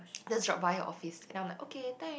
just drop by her office then I'm like okay thanks